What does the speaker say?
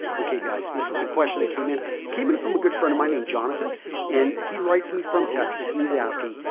okay, guys, this is the question that came in. in came in from a good friend of mine named jonathan and he writes me from texas and he's asking,